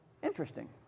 interesting